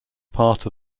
part